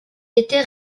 était